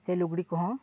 ᱥᱮ ᱞᱩᱜᱽᱲᱤ ᱠᱚᱦᱚᱸ